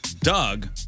Doug